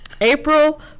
April